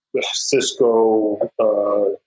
Cisco